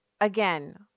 again